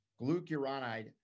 glucuronide